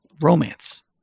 romance